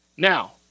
Now